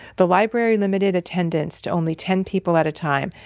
the library limited attendance to only ten people at a time,